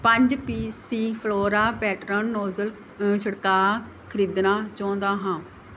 ਪੰਜ P C flora pattern nozzle ਛਿੜਕਾਅ ਖ਼ਰੀਦਣਾ ਚਾਹੁੰਦਾ ਹਾਂ